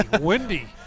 windy